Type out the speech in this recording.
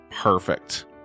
perfect